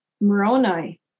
Moroni